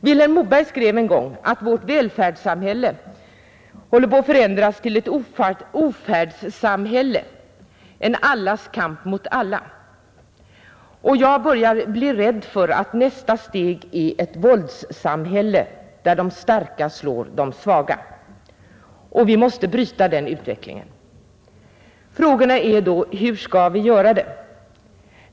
Vilhelm Moberg skrev en gång att vårt välfärdssamhälle håller på att förändras till ett ofärdssamhälle — en allas kamp mot alla. Jag börjar bli rädd för att nästa steg är ett våldssamhälle, där de starka slår de svaga. Vi måste bryta den utvecklingen. Frågan är då: Hur skall vi kunna göra det?